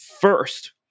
first